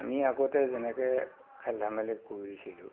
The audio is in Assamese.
আমি আগতে যেনেকৈ খেল ধেমালি কৰিছিলোঁ